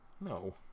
no